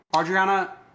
Adriana